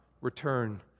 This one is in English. return